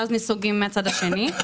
ואז נסוגים מהצד השני.